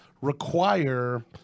require